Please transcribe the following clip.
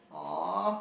!aww!